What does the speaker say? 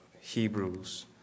hebrews